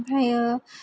आमफ्रायो